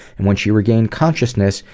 and when she regained consciousness,